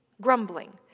grumbling